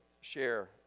share